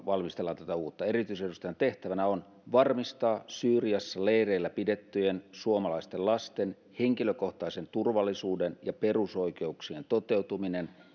valmistellaan tätä uutta erityisedustajan tehtävänä on varmistaa syyriassa leireillä pidettyjen suomalaisten lasten henkilökohtaisen turvallisuuden ja perusoikeuksien toteutuminen